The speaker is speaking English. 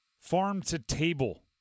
farm-to-table